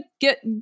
get